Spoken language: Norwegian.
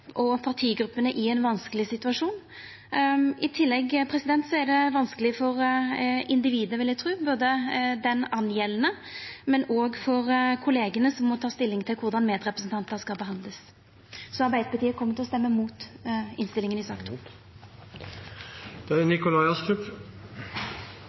og partigruppene i ein vanskeleg situasjon. I tillegg er det vanskeleg for individet, vil eg tru, både for den det gjeld og for kollegaene, som må ta stilling til korleis medrepresentantar skal behandlast. Så Arbeidarpartiet kjem til å stemma imot innstillinga i sak nr. 2. Da er